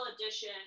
edition